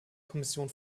kommission